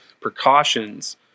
precautions